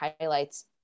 highlights